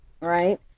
right